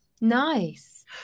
Nice